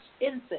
incense